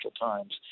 Times